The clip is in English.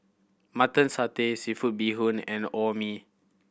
Mutton Satay seafood bee hoon and Orh Nee